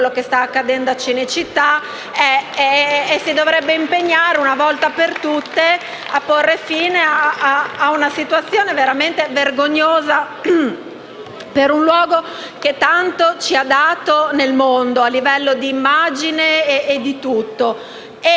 quanto sta accadendo a Cinecittà, e dovrebbe impegnarsi, una volta per tutte, a porre fine a una situazione veramente vergognosa per un luogo che tanto ci ha dato nel mondo, a livello di immagine e di tanto